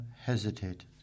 hesitated